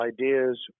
ideas